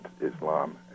Islam